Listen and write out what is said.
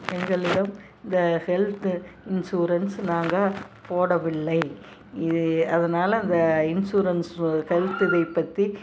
எங்களிடம் இந்த health insurance நாங்கள் போடவில்லை இதை அதனால இந்த இன்சூரன்ஸு ஹெல்த் இதை பற்றி